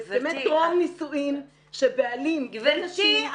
בהסכמי טרום נישואים שבעלים ונשים --- גברתי,